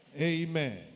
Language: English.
Amen